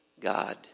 God